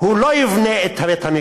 הוא לא יבנה את בית-המקדש.